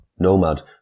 Nomad